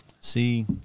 See